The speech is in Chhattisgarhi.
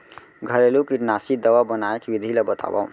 घरेलू कीटनाशी दवा बनाए के विधि ला बतावव?